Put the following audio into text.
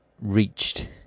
reached